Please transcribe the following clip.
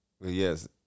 yes